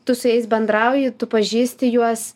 tu su jais bendrauji tu pažįsti juos